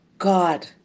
God